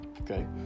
Okay